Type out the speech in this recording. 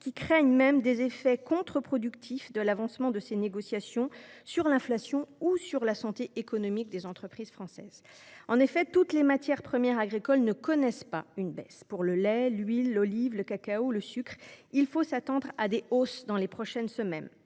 craignent même les effets contre productifs de l’avancement des négociations sur l’inflation ou sur la santé économique des entreprises françaises. En effet, toutes les matières premières agricoles ne connaissent pas une baisse. Pour le lait, l’huile d’olive, le cacao ou le sucre, il faut s’attendre à des hausses dans les prochaines semaines.